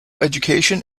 education